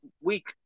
week